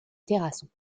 terrasson